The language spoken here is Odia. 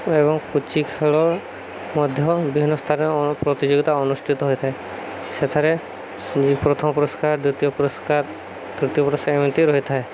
ଏବଂ ପୁଚି ଖେଳ ମଧ୍ୟ ବିଭିନ୍ନ ସ୍ଥାନରେ ପ୍ରତିଯୋଗିତା ଅନୁଷ୍ଠିତ ହୋଇଥାଏ ସେଥିରେ ପ୍ରଥମ ପୁରସ୍କାର ଦ୍ଵିତୀୟ ପୁରସ୍କାର ତୃତୀୟ ପୁରସ୍କାର ଏମିତି ରହିଥାଏ